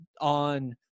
on